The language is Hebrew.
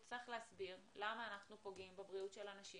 הצטרך להסביר למה אנחנו פוגעים בבריאות של האנשים